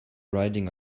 riding